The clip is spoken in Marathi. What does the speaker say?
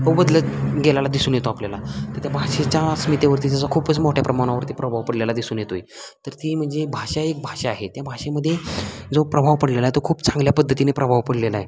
तो बदलत गेलेला दिसून येतो आपल्याला तर त्या भाषेच्या अस्मितेवरती त्याचा खूपच मोठ्या प्रमाणावरती प्रभाव पडलेला दिसून येतो आहे तर ती म्हणजे भाषा एक भाषा आहे त्या भाषेमध्ये जो प्रभाव पडलेला आहे तो खूप चांगल्या पद्धतीने प्रभाव पडलेला आहे